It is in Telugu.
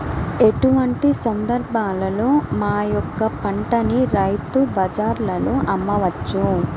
ఎటువంటి సందర్బాలలో మా యొక్క పంటని రైతు బజార్లలో అమ్మవచ్చు?